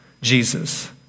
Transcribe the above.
Jesus